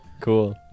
Cool